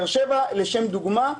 לשם דוגמה,